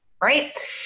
right